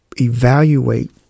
evaluate